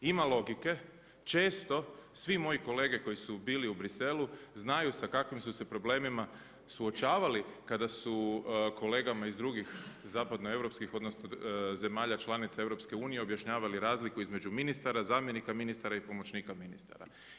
Ima logike, često svi moji kolege koji su bili u Bruxellesu znaju sa kakvim su se problemima suočavali kada su kolegama iz drugih zapadnoeuropskih zemalja članica EU objašnjavali razliku između ministara, zamjenika ministara i pomoćnika ministara.